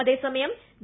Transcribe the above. അതേസമയം വി